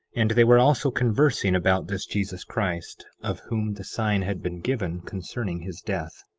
and they were also conversing about this jesus christ, of whom the sign had been given concerning his death.